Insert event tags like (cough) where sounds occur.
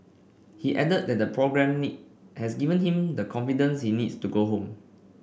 he added that the programme (unintelligible) has given him the confidence he needs to go home